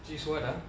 so what ah